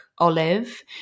Olive